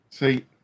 See